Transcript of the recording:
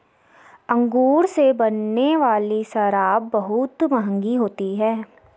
अंगूर से बनने वाली शराब बहुत मँहगी होती है